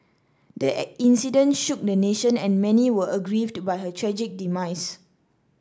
the incident shook the nation and many were aggrieved by her tragic demise